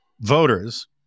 voters